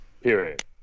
Period